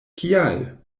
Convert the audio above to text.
kial